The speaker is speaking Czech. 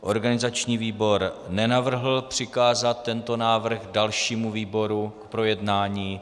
Organizační výbor nenavrhl přikázat tento návrh dalšímu výboru k projednání.